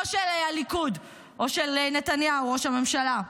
לא של הליכוד או של נתניהו, ראש הממשלה,